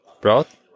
broth